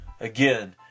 Again